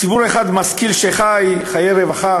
ציבור אחד, משכיל, שחי חיי רווחה,